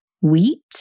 wheat